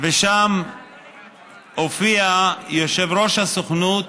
הופיע שם יושב-ראש הסוכנות